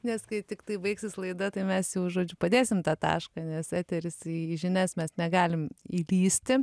nes kai tiktai baigsis laida tai mes jau žodžiu padėsim tą tašką nes eteris į į žinias mes negalim įlįsti